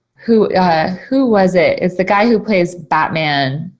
who who was it? it's the guy who plays batman.